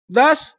Thus